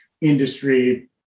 industry